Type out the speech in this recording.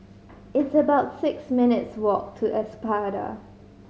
it's about six minutes' walk to Espada